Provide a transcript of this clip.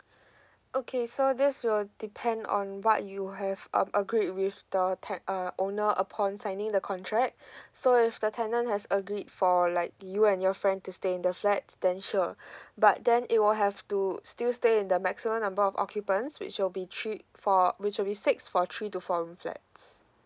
okay so this will depend on what you have um agree with the te~ uh owner upon signing the contract so if the tenant has agreed for like you and your friend to stay in the flat then sure but then it will have to still stay in the maximum number of occupants which will be three for which will be six for three to four room flats